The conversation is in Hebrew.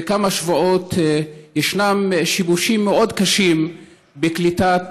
זה כמה שבועות ישנם שיבושים מאוד קשים בקליטת